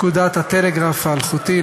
פקודת הטלגרף האלחוטי ,